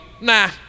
nah